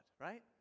Right